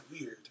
weird